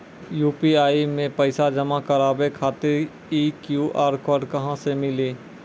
UPI मे पैसा जमा कारवावे खातिर ई क्यू.आर कोड कहां से मिली?